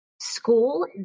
school